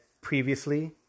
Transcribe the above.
previously